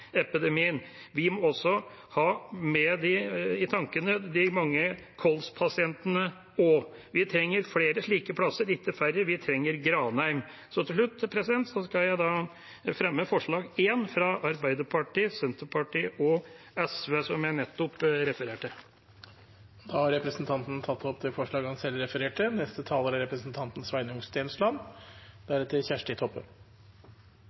Vi må også ha med i tankene de mange kolspasientene. Vi trenger flere slike plasser, ikke færre – vi trenger Granheim. Til slutt skal jeg fremme forslag nr. 1, fra Arbeiderpartiet, Senterpartiet og SV, som jeg nettopp refererte til. Representanten Tore Hagebakken har tatt opp det forslaget han refererte til. I utgangspunktet er